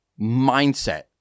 mindset